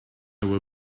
will